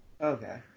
okay